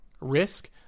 risk